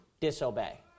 disobey